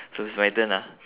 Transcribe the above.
so it's my turn ah